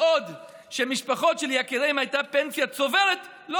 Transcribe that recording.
בעוד משפחות שליקיריהן הייתה פנסה צוברת לא